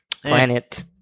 planet